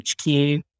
HQ